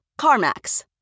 CarMax